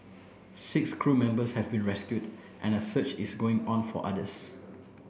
six crew members have been rescued and a search is going on for others